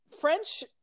French